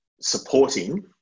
supporting